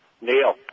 Neil